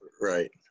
Right